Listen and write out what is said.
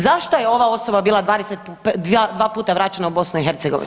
Zašto je ova osoba bila 22 puta vraćena u BiH?